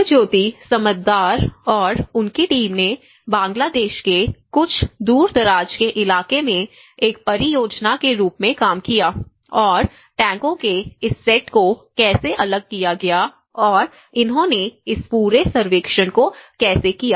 सुभज्योति समददार और उनकी टीम ने बांग्लादेश के कुछ दूरदराज के इलाके में एक परियोजना के रूप में काम किया और टैंकों के इस सेट को कैसे अलग किया गया और उन्होंने इस पूरे सर्वेक्षण को कैसे किया